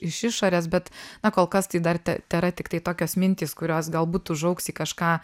iš išorės bet na kol kas tai dar tė tėra tiktai tokios mintys kurios galbūt užaugs į kažką